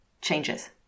changes